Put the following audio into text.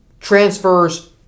transfers